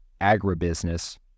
agribusiness